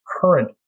current